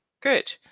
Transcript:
Good